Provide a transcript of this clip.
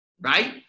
right